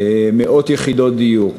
מאות יחידות דיור.